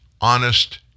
honest